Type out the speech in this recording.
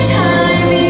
time